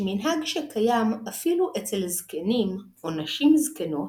שמנהג שקיים אפילו אצל זקנים או נשים זקנות,